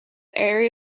area